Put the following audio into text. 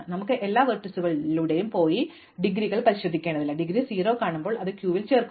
നമുക്ക് എല്ലാ വെർട്ടീസുകളിലൂടെയും പോയി ഡിഗ്രികൾ പരിശോധിക്കേണ്ടതില്ല ഡിഗ്രി 0 കാണുമ്പോൾ ഞങ്ങൾ അത് ക്യൂവിൽ ഇടുന്നു